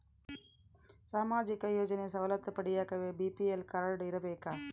ಸಾಮಾಜಿಕ ಯೋಜನೆ ಸವಲತ್ತು ಪಡಿಯಾಕ ಬಿ.ಪಿ.ಎಲ್ ಕಾಡ್೯ ಇರಬೇಕಾ?